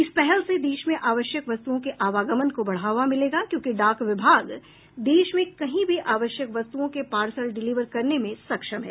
इस पहल से देश में आवश्यक वस्तुओं के आवागमन को बढ़ावा मिलेगा क्योंकि डाक विभाग देश में कहीं भी आवश्यक वस्तुओं के पार्सल डिलीवर करने में सक्षम है